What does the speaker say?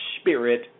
Spirit